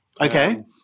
Okay